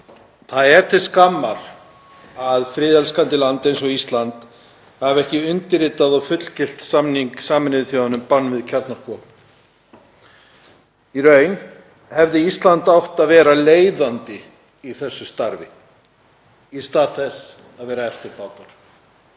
Það er til skammar að friðelskandi land eins og Ísland hafi ekki undirritað og fullgilt samning Sameinuðu þjóðanna um bann við kjarnorkuvopnum. Í raun hefði Ísland átt að vera leiðandi í þessu starfi í stað þess að vera eftirbátur.